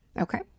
Okay